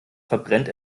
verbrennt